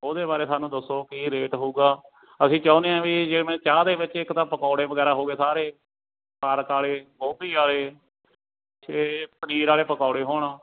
ਉਹਦੇ ਬਾਰੇ ਸਾਨੂੰ ਦੱਸੋ ਕੀ ਰੇਟ ਹੋਊਗਾ ਅਸੀਂ ਚਾਹੁੰਦੇ ਹਾਂ ਵੀ ਜਿਵੇਂ ਚਾਹ ਦੇ ਵਿੱਚ ਇੱਕ ਤਾਂ ਪਕੌੜੇ ਵਗੈਰਾ ਹੋ ਗਏ ਸਾਰੇ ਪਾਲਕ ਵਾਲੇ ਗੋਭੀ ਵਾਲੇ ਅਤੇ ਪਨੀਰ ਵਾਲੇ ਪਕੌੜੇ ਹੋਣ